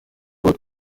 god